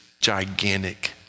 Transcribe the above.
gigantic